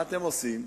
מה אתם עושים?